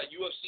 UFC